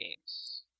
games